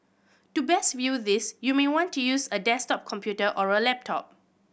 to best view this you may want to use a desktop computer or a laptop